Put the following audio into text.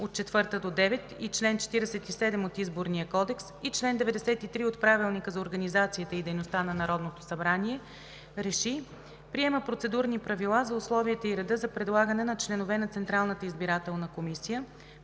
с чл. 46, ал. 4 – 9 и чл. 47 от Изборния кодекс, и чл. 93 от Правилника за организацията и дейността на Народното събрание, РЕШИ: Приема Процедурни правила за условията и реда за предлагане на членове на Централната избирателна комисия,